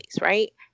right